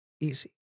easy